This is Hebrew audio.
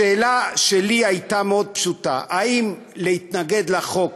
השאלה שלי הייתה מאוד פשוטה: האם להתנגד לחוק